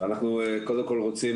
אנחנו קודם כל רוצים,